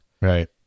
Right